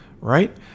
right